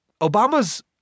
Obama's